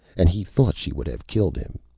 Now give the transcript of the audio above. and he thought she would have killed him.